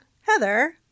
Heather